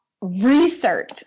research